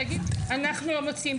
להגיד אנחנו לא מוצאים דברים,